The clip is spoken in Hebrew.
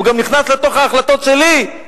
הוא גם נכנס לתוך ההחלטות שלי.